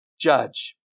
judge